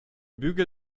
bügel